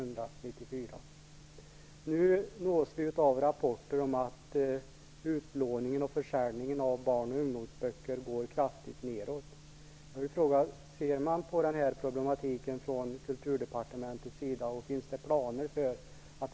Nu nås vi av rapporter om att utlåningen och försäljningen av barn och ungdomsböcker går kraftigt nedåt.